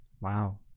Wow